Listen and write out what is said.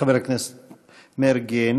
חבר הכנסת מרגי,